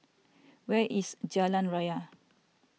where is Jalan Raya